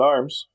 Arms